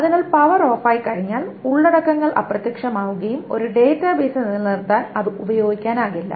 അതിനാൽ പവർ ഓഫായിക്കഴിഞ്ഞാൽ ഉള്ളടക്കങ്ങൾ അപ്രത്യക്ഷമാവുകയും ഒരു ഡാറ്റാബേസ് നിലനിർത്താൻ അത് ഉപയോഗിക്കാനാകില്ല